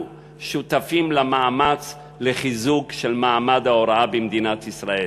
שותפים למאמץ לחיזוק מעמד ההוראה במדינת ישראל.